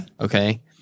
Okay